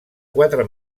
quatre